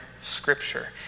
scripture